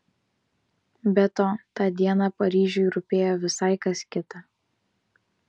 be to tą dieną paryžiui rūpėjo visai kas kita